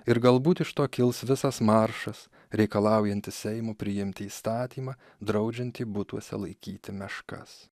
ir galbūt iš to kils visas maršas reikalaujantis seimo priimti įstatymą draudžiantį butuose laikyti meškas